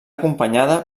acompanyada